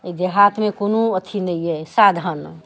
अइ देहातमे कोनो अथी नहि अइ साधन